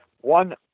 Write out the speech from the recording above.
one